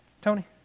Tony